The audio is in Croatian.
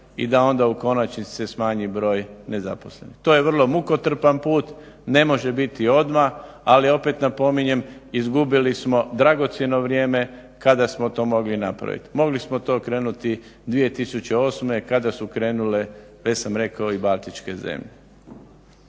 i da onda u konačnici se smanji broj nezaposlenih. To je vrlo mukotrpan put. Ne može biti odmah. Ali opet napominjem izgubili smo dragocjeno vrijeme kada smo to mogli napraviti. Mogli smo to krenuti 2008. kada su krenule već sam rekao i baltičke zemlje.